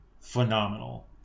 phenomenal